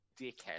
dickhead